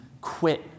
quit